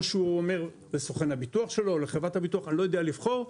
או שהוא אומר לסוכן הביטוח שלו או לחברת הביטוח אני לא יודע לבחור,